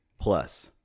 plus